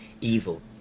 evil